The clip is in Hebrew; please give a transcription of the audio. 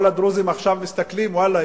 כל הדרוזים עכשיו מסתכלים: ואללה,